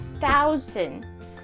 thousand